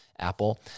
apple